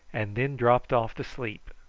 and then dropped off to sleep,